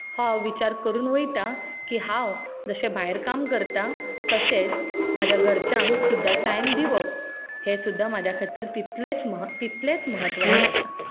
हांव विचार करून वयता की हांव जशें भायर काम करता तशेंच म्हाज्या घरच्यांक सुद्दां टायम दिवप हें सुद्दां म्हाज्या खातीर तितलेच म्हत्वाचे आसा